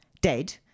dead